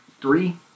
three